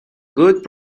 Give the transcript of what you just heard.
good